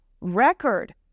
record